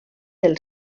del